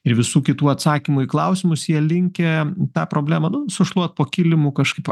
ir visų kitų atsakymų į klausimus jie linkę tą problemą nu sušluot po kilimu kažkaip